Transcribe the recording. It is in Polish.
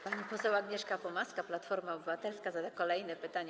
Pani poseł Agnieszka Pomaska, Platforma Obywatelska, zada kolejne pytanie.